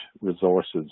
resources